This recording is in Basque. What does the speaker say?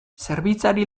zerbitzari